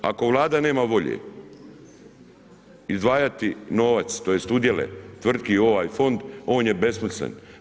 Ako Vlada nema volje izdvajati novac, tj. udjele tvrtki u ovaj fond on je besmislen.